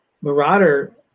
marauder